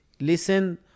Listen